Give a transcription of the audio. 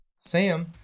Sam